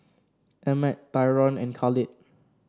Emmet Tyron and Khalid